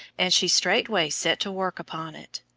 and she straightway set to work upon it.